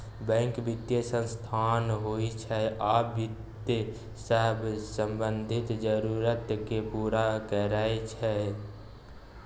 bank बित्तीय संस्थान होइ छै आ बित्त सँ संबंधित जरुरत केँ पुरा करैत छै